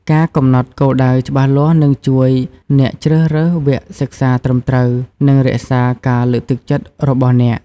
ការកំណត់ គោលដៅច្បាស់លាស់ នឹងជួយអ្នកជ្រើសរើសវគ្គសិក្សាត្រឹមត្រូវ និងរក្សាការលើកទឹកចិត្តរបស់អ្នក។